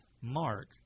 Mark